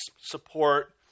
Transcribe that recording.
support